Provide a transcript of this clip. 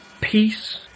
peace